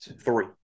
three